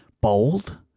bold